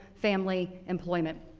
family, employment.